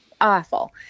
awful